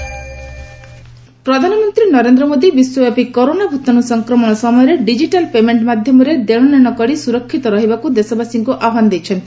PM digital payment ପ୍ରଧାନମନ୍ତ୍ରୀ ନରେନ୍ଦ୍ର ମୋଦି ବିଶ୍ୱବ୍ୟାପି corona ଭୂତାଣୁ ସଂକ୍ରମଣ ସମୟରେ ଡିଜିଟାଲ ପେମେଣ୍ଟ ମାଧ୍ୟମରେ ଦେଶନେଶ କରି ସୁରକ୍ଷିତ ରହିବାକୁ ଦେଶବାସୀଙ୍କୁ ଆହ୍ପାନ ଦେଇଛନ୍ତି